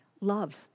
Love